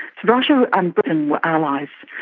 russia and britain were allies.